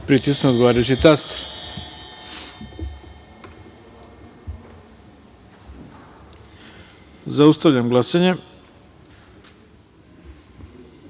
pritisnu odgovarajući taster. Zaustavljam glasanje: